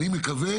אני מקווה